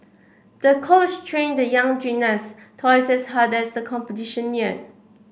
the coach trained the young gymnast twice as hard as the competition neared